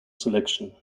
selection